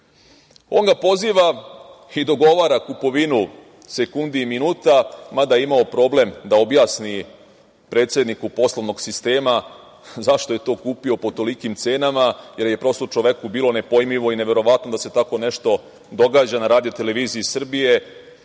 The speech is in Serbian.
ga poziva i dogovara kupovinu sekundi i minuta, mada je imao problem da objasni predsedniku poslovnog sistema zašto je to kupio po tolikim cenama, jer je prosto čoveku bilo nepojmljivo i neverovatno da se tako nešto događa na RTS i jednoj